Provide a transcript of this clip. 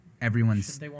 Everyone's